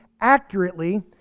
accurately